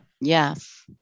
Yes